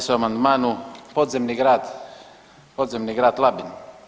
Radi se o amandmanu podzemni grad, podzemni grad Labin.